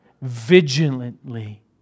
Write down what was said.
vigilantly